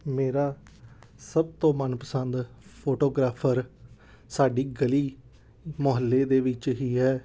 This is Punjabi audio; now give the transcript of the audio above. ਮੇਰਾ ਸਭ ਤੋਂ ਮਨਪਸੰਦ ਫੋਟੋਗ੍ਰਾਫਰ ਸਾਡੀ ਗਲੀ ਮੁਹੱਲੇ ਦੇ ਵਿੱਚ ਹੀ ਹੈ